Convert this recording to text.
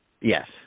Yes